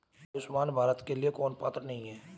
आयुष्मान भारत के लिए कौन पात्र नहीं है?